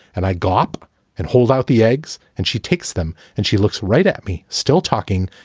and i got up and hold out the eggs. and she takes them and she looks right at me, still talking,